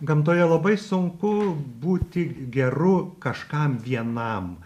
gamtoje labai sunku būti geru kažkam vienam